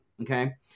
Okay